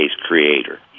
creator